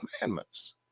commandments